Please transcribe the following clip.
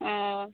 ᱚᱸ